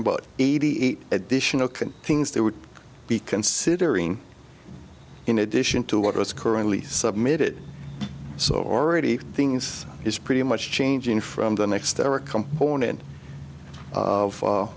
about eighty eight additional can things there would be considering in addition to what was currently submitted so already things is pretty much changing from the next they're a component of